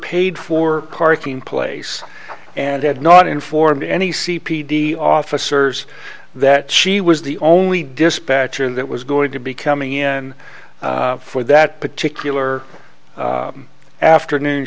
paid for parking place and had not informed any c p d officers that she was the only dispatcher that was going to be coming in for that particular afternoon